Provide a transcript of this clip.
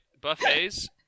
Buffets